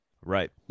Right